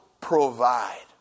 provide